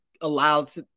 allows